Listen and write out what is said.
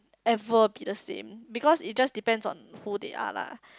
ever be the same because it just depends on who they are lah